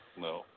No